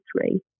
three